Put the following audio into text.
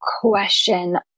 question